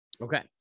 Okay